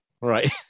right